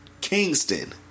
Kingston